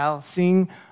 sing